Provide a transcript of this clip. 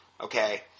okay